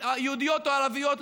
יהודיות או ערביות,